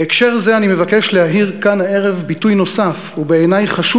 בהקשר זה אני מבקש להאיר כאן הערב ביטוי נוסף ובעיני חשוב